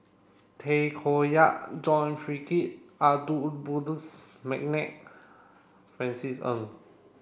Tay Koh Yat John Frederick Adolphus McNair Francis Ng